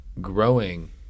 growing